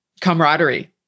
camaraderie